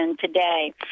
today